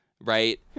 right